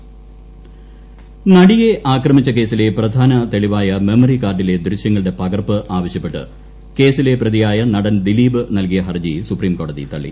നടിയെ ആക്രമിച്ച കേസ് കോടതി നടിയെ ആക്രമിച്ച കേസിലെ പ്രധാന തെളിവായ മെമ്മറി കാർഡിലെ ദൃശ്യങ്ങളുടെ പകർപ്പ് ആവശ്യപ്പെട്ട് കേസിലെ പ്രതിയായ നടൻ ദിലീപ് നൽകിയ ഹർജി സുപ്രീംകോടതി തള്ളി